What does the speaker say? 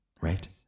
right